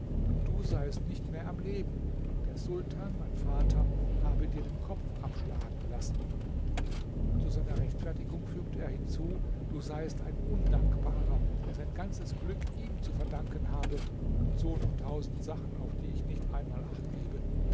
denn du seiest nicht mehr am leben und der sultan mein vater habe dir den kopf abschlagen lassen zu seiner rechtfertigung fügt er hinzu du seiest ein undankbarer der sein ganzes glück ihm zu verdanken habe und so noch tausend sachen auf die ich nicht einmal acht gebe